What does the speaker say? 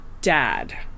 dad